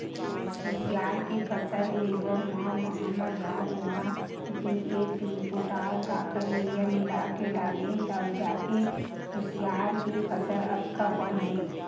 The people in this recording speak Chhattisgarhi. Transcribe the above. कुसियार के फसल लेवब म हमन ह ओमा डी.ए.पी, पोटास, राखड़, यूरिया मिलाके डालेन तब जाके कुसियार के फसल अतका पन हे